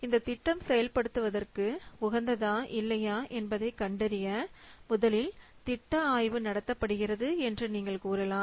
இந்த திட்டம் செயல் படுத்துவதற்கு உகந்ததா இல்லையா என்பதை கண்டறிய முதலில் திட்ட ஆய்வு நடத்தப்படுகிறது என்று நீங்கள் கூறலாம்